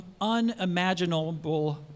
unimaginable